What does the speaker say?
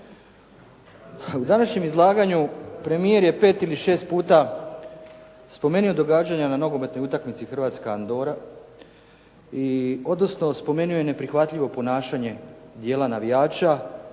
U današnjem izlaganju premijer je pet ili šest puta spomenuo događanja na nogometnoj utakmici Hrvatska-Andora i odnosno spomenuo je neprihvatljivo ponašanje dijela navijača